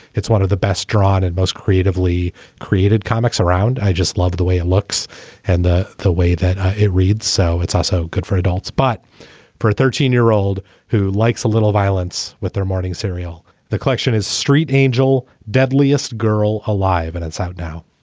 it's one of the best jauron and most creatively created comics around just love the way it looks and the the way that it reads. so it's also good for adults. but for a thirteen year old who likes a little violence with their morning serial. the collection is street angel. deadliest girl alive. and it's out now